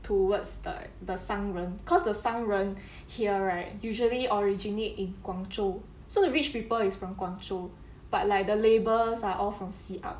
towards the 商人 cause the 商人 here right usually originate in 广州 so the rich people is from 广州 but like the labours are all from siap